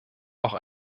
auch